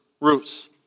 roots